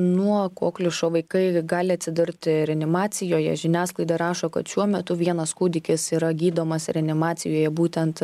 nuo kokliušo vaikai gali atsidurti reanimacijoje žiniasklaida rašo kad šiuo metu vienas kūdikis yra gydomas reanimacijoje būtent